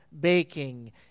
baking